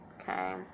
Okay